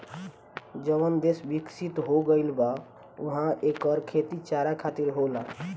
जवन देस बिकसित हो गईल बा उहा एकर खेती चारा खातिर होला